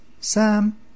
Sam